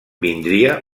vindria